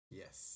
yes